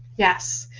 yes.